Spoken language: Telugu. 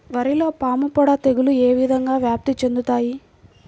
వరిలో పాముపొడ తెగులు ఏ విధంగా వ్యాప్తి చెందుతాయి?